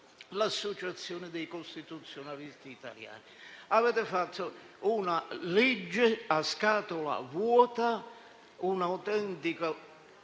l'Associazione dei costituzionalisti italiani. Avete fatto una legge a scatola vuota, un autentico